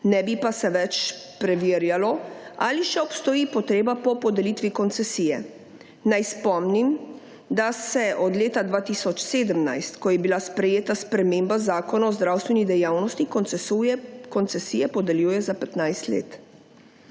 ne bi pa se več preverjalo ali še obstoji potreba po podelitvi koncesije. Naj spomnim, da se od leta 2017, ko je bila sprejeta sprememba Zakona o zdravstveni dejavnosti, koncesije podeljuje za 15 let.